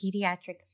Pediatric